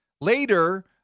Later